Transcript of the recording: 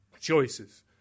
choices